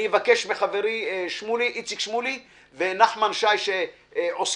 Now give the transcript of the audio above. אבקש מחבריי איציק שמולי ונחמן שי שעוסקים